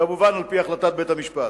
כמובן על-פי החלטת בית-המשפט.